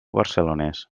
barcelonès